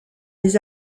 des